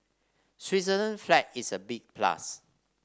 Switzerland flag is a big plus